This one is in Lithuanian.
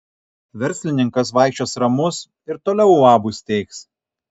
verslininkas vaikščios ramus ir toliau uabus steigs